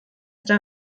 der